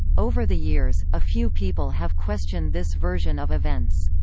over the years, a few people have questioned this version of events.